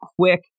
quick